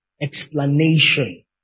explanation